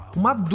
uma